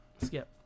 skip